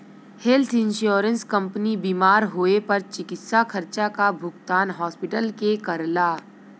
health insurance company बीमार होए पर चिकित्सा खर्चा क भुगतान हॉस्पिटल के करला